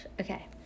Okay